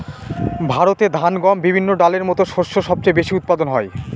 ভারতে ধান, গম, বিভিন্ন ডালের মত শস্য সবচেয়ে বেশি উৎপাদন হয়